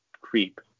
creep